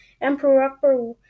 Emperor